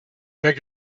beg